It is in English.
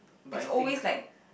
it's always like